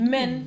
Men